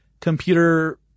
computer